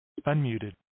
Unmuted